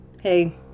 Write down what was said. hey